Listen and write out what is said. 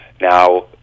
Now